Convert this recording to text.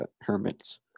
hermits